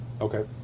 Okay